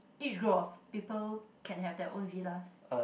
each group of people can have their own villas